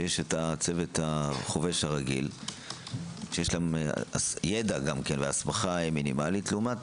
ויש צוות החובש הרגיל שיש להם ידע והסמכה מינימלית לעומת